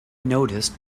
noticed